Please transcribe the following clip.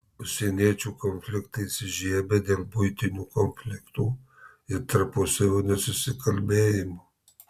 užsieniečių konfliktai įsižiebia dėl buitinių konfliktų ir tarpusavio nesusikalbėjimo